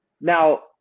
now